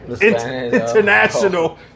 international